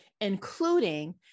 including